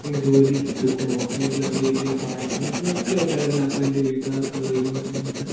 ഇന്ന ജോലി കിട്ടുമോ അല്ലെങ്കിൽ അത് വലിയ പാടാകുമോ എന്നൊക്കെ ഉണ്ടായിരുന്നു അപ്പം എൻ്റെ വീട്ടുകാർക്ക് ഉള്ള തീരുമാനം എന്ന് പറഞ്ഞാൽ